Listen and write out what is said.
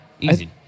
Easy